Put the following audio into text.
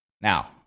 Now